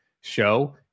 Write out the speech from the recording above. show